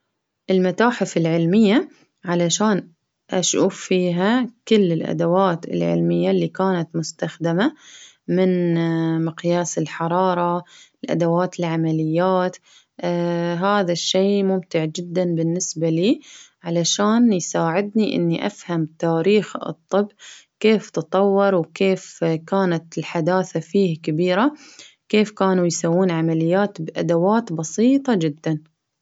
المتاحف العلمية علشان أشوف فيها كل الأدوات العلمية اللي كانت مستخدمة من مقياس الحرارة الأدوات العمليات، هذا الشي ممتع جدا بالنسبة لي ،علشان يساعدني إني أفهم تاريخ الطب كيف تطور، وكيف كانت الحداثة فيه كبيرة، كيف كانوا يسوون عمليات بأدوات بسيطة جدا.